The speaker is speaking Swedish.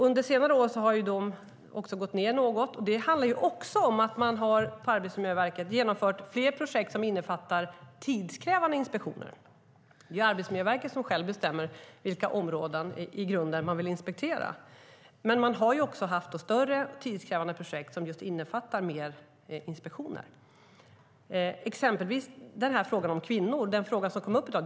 Under senare år har de minskat något. Det handlar också om att man på Arbetsmiljöverket har genomfört fler projekt som innefattar tidskrävande inspektioner. Det är Arbetsmiljöverket självt som bestämmer vilka områden man i grunden vill inspektera, men man har också haft större tidskrävande projekt som just innefattar mer inspektioner. Det gäller exempelvis frågan om kvinnor, den fråga som kom upp i dag.